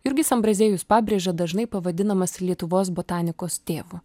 jurgis ambraziejus pabrėža dažnai pavadinamas lietuvos botanikos tėvu